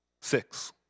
Six